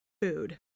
food